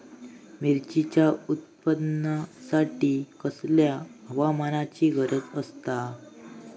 मिरचीच्या उत्पादनासाठी कसल्या हवामानाची गरज आसता?